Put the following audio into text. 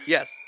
Yes